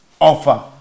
offer